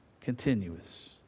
continuous